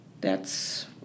thats